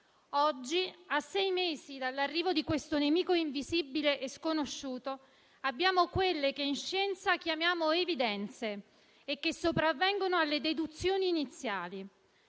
Oggi, a sei mesi dall'arrivo di questo nemico invisibile e sconosciuto, abbiamo quelle che in scienza chiamiamo «evidenze» e che sopravvengono alle deduzioni iniziali.